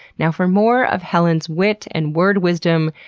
now, for more of helen's wit and word wisdom,